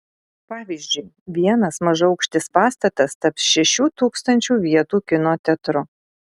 pavyzdžiui vienas mažaaukštis pastatas taps šešių tūkstančių vietų kino teatru